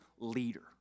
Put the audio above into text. leader